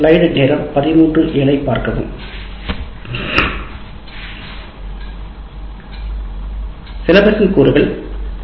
பாடத்திட்டத்தின் கூறுகள் பல